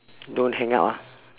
don't hang up ah